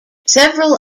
several